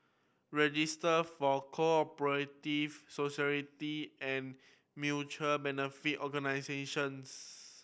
Registry for Co Operative Societies and Mutual Benefit Organisations